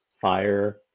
fire